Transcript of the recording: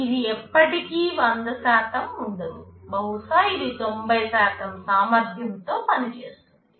కాబట్టి ఇది ఎప్పటికీ 100 ఉండదు బహుశా ఇది 90 సామర్థ్యంతో పనిచేస్తుంది